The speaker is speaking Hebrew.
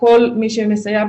כל מי שמסייע,